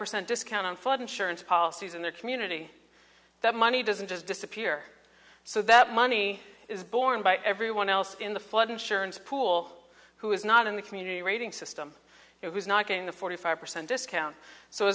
percent discount on flood insurance policies in their community that money doesn't just disappear so that money is borne by everyone else in the flood insurance pool who is not in the community rating system who was not getting the forty five percent discount so